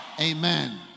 Amen